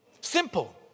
Simple